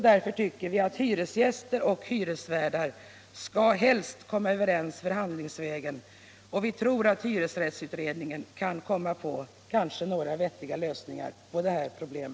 Därför tycker vi att hyresgäster och hyresvärdar helst skall komma överens förhandlingsvägen. Vi tror att hyresrättsutredningen kan komma på några vettiga lösningar på detta problem.